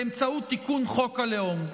באמצעות תיקון חוק הלאום.